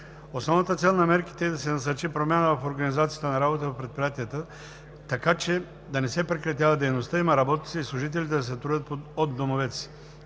Основната цел на мерките е да се насърчи промяна в организацията на работа в предприятията, така че да не се прекратява дейността им, а работниците и служителите да се трудят от домовете си.